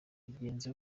bigenze